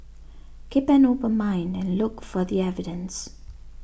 keep an open mind and look for the evidence